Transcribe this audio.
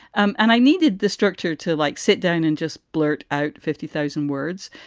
um and i needed the structure to, like, sit down and just blurt out fifty thousand words.